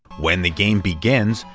when the game begins,